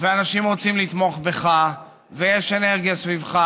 ואנשים רוצים לתמוך בך ויש אנרגיה סביבך,